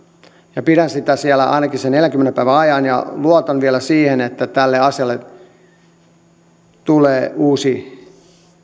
ja pidän sitä siellä ainakin sen neljänkymmenen päivän ajan ja luotan vielä siihen että tähän asiaan tulee uusi